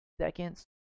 seconds